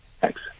Thanks